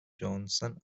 johnson